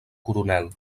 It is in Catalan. coronel